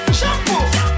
shampoo